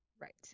right